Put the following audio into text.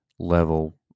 level